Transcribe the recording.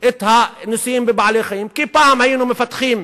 את הניסויים בבעלי-חיים, כי פעם היינו מפתחים,